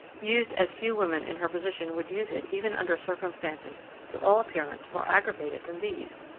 used as few women in her position would use it even under circumstances to all appearance more aggravated than these.